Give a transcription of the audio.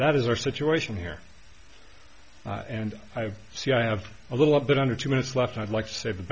that is our situation here and i see i have a little of that under two minutes left i'd like to save the